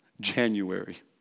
January